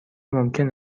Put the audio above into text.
ممکن